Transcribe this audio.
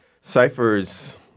ciphers